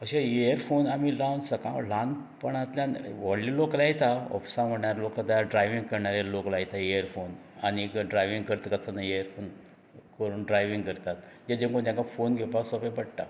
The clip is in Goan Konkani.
अशे इयरफोन आमी लावन सकाळ फुडें ल्हानपणांतल्यान व्हडले लोक लायता ऑफिसांत वयणारे ड्रायव्हींग करणारे लोक लायतात इयरफोन आनी ड्रायव्हींग करता आसतना इयरफोन करून ड्रायव्हींग करतात ताचे मदीं तांकां फोन घेवपाक सोंपे पडटा